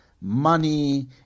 Money